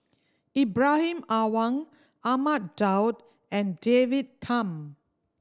Ibrahim Awang Ahmad Daud and David Tham